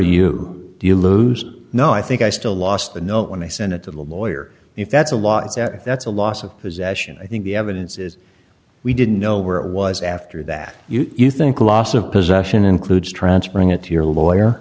you do you lose no i think i still lost the note when i sent it to the lawyer if that's a lot that's a loss of possession i think the evidence is we didn't know where it was after that you think loss of possession includes transferring it to your lawyer